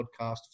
podcast